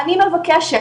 אני מבקשת,